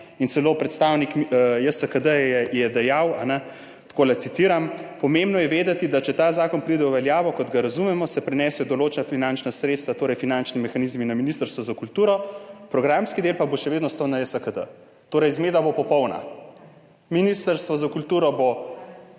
in celo predstavnik JSKD je dejal tako, citiram: »Pomembno je vedeti, da če ta zakon pride v veljavo, kot ga razumemo, se prenesejo določena finančna sredstva, torej finančni mehanizmi, na Ministrstvo za kulturo, programski del pa bo še vedno ostal na JSKD.« Zmeda bo torej popolna. Ministrstvo za kulturo bo,